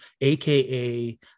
AKA